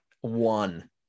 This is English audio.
one